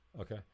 Okay